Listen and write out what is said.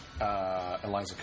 Eliza